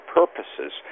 purposes